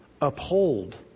uphold